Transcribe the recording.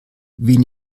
wen